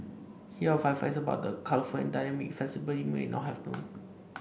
here are five facts about the colourful and dynamic festival you may not have known